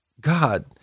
God